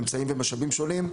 אמצעים ומשאבים שונים,